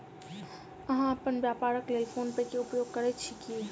अहाँ अपन व्यापारक लेल फ़ोन पे के उपयोग करै छी की?